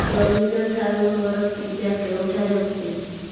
domino ଠାରୁ ମୋର pizza କେଉଁଠାରେ ଅଛି